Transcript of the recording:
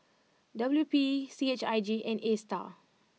W P C H I J and Astar